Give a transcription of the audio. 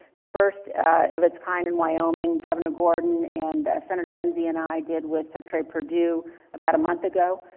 the first of its kind in wyoming. governor gordon, and senator enzi, and i did with secretary perdue about a month ago.